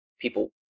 people